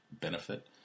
benefit